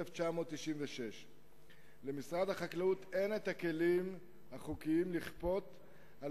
1996. למשרד החקלאות אין הכלים החוקיים לכפות על